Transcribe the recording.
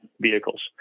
vehicles